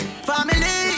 Family